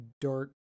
dark